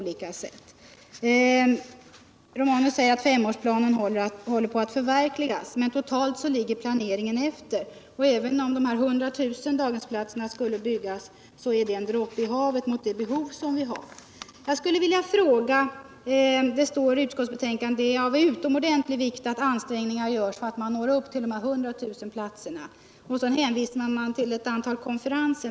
Herr Romanus säger att femårsplanen håller på att förverkligas. Men totalt ligger planeringen efter. Även om dessa 200 000 daghemsplatser skulle byggas, så är det en droppe i havet jämfört med de behov vi har. Det står i betänkandet att det är av utomordentlig vikt att ansträngningar görs för att nå upp till de 100 000 platserna. I sammanhanget hänvisar man till ett antal konferenser.